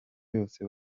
yose